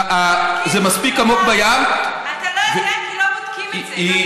אתה לא יודע, כי לא בודקים שום דבר.